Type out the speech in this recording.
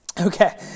Okay